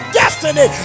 destiny